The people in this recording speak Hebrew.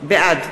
בעד